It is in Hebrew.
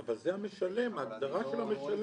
אבל זה המשלם, ההגדרה של המשלם.